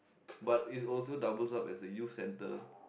but it's also doubles up as a youth centre